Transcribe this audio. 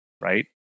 right